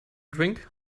drink